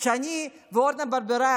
שאני ואורנה ברביבאי,